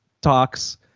talks